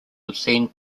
obscene